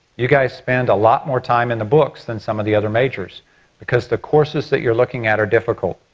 you guys spend a lot more time in the books than some of the other majors because the courses that you're looking at are difficult.